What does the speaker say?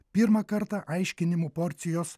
pirmą kartą aiškinimų porcijos